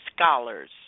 scholars